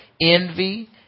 envy